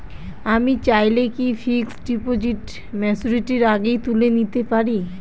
আমি চাইলে কি ফিক্সড ডিপোজিট ম্যাচুরিটির আগেই তুলে নিতে পারি?